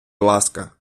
ласка